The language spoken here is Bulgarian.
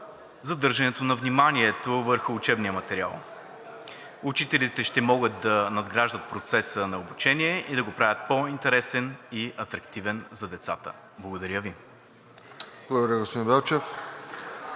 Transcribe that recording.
задържането на вниманието върху учебния материал. Учителите ще могат да надграждат процеса на обучение и да го правят по-интересен и атрактивен за децата. Благодаря Ви. ПРЕДСЕДАТЕЛ РОСЕН